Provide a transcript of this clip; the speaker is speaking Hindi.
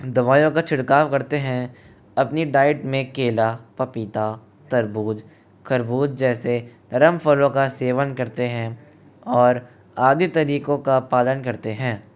दवाइयों का छिड़काव करते हैं अपनी डाइट में केला पपीता तरबूज खरबूज जैसे रम फलों का सेवन करते हैं और आदि तरीकों का पालन करते हैं